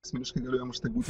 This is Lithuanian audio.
asmeniškai galiu jam už tai būti